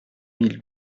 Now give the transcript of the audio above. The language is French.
mille